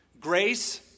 Grace